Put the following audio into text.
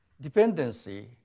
dependency